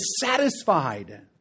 satisfied